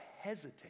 hesitate